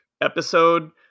episode